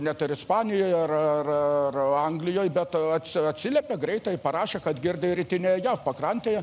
net ir ispanijoje ar ar ar anglijoj bet at atsiliepė greitai parašė kad girdi rytinėj pakrantėje